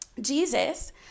Jesus